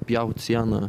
pjaut sieną